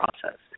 process